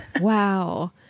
Wow